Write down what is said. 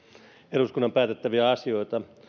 eduskunnan päätettäviä asioita